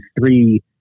three